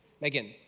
Megan